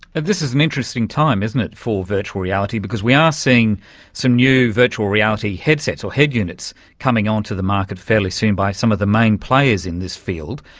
and this is an interesting time, isn't it, for virtual reality, because we are seeing some new virtual reality headsets or head units coming onto the market fairly soon by some of the main players in this field.